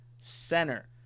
center